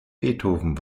beethoven